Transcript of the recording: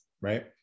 right